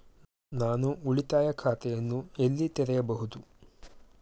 ನಾನು ಉಳಿತಾಯ ಖಾತೆಯನ್ನು ಎಲ್ಲಿ ತೆರೆಯಬಹುದು?